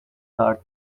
card